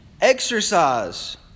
Exercise